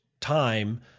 time